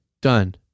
Done